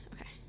Okay